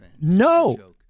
No